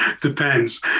Depends